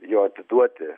jo atiduoti